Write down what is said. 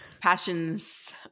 passions